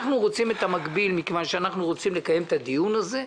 אנחנו רוצים את המקביל מכיוון שאנחנו רוצים לקיים את הדיון הזה.